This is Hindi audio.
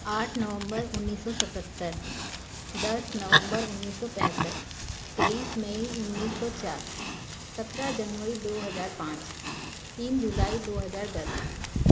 दस नवंबर उन्नीस सौ सतहत्तर दस नवंबर उन्नीस सौ पैंसठ तेईस मई उन्नीस सौ चार सतरह जनवरी दो हजार पाँच तीन जुलाई दो हजार दस